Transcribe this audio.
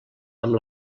amb